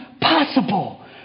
possible